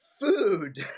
food